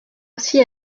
aussi